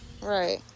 right